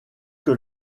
que